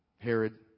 Herod